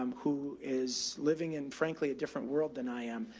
um who is living in frankly a different world than i am.